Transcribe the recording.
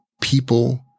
people